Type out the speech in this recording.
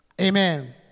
Amen